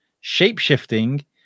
shape-shifting